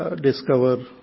discover